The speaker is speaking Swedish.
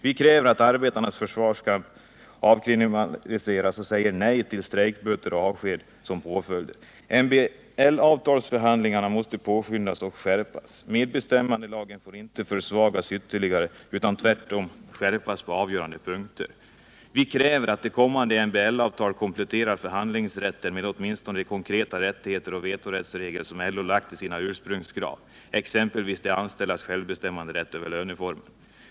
Vi kräver att arbetarnas försvar skall avkriminaliseras och säger nej till strejkböter och avsked som påföljder. MBL-avtalsförhandlingar måste påskyndas och skärpas, medbestämmandelagen får inte försvagas ytterligare utan tvärtom på avgörande punkter skärpas. Vi kräver att förhandlingsrätten kompletteras med MBL-avtal med åtminstone de konkreta rättigheter och vetorättsregler som återfinns i LO:s ursprungskrav, exempelvis de anställdas självbestämmanderätt över löneformerna.